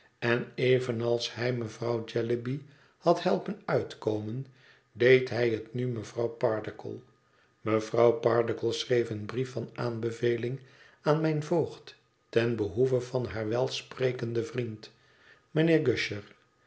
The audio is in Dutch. en evenals hij mevrouw jellyby had helpen uitkomen deed hij het nu mevrouw pardiggle mevrouw pardiggle schreef een brief van aanbeveling aan mijn voogd ten behoeve van haar welsprekenden vriend mijnheer gusher